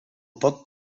pod